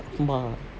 அம்மா:amma